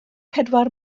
pedwar